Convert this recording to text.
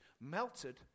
melted